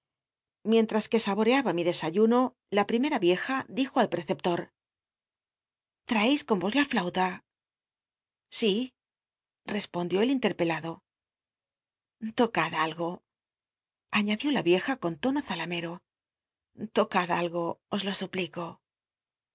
as que saboreaba mi desayuno la primcra yieja dijo al preceplot l'raeis con vos la flauta si respondió el interpelado l'ocad algo añadió la rieja con tono zalamero l'ocad algo os lo suplico